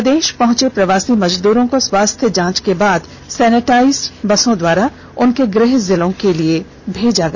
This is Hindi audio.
प्रदेश पहुंचे प्रवासी मजदूरों को स्वाास्थ्य जांच के बाद सैनेटाइजड बसों के द्वारा उनके गृह जिलों के लिए भेजा गया